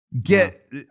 get